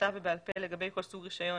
בכתב ובעל פה לגבי כל סוג רישיון,